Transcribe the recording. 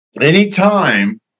Anytime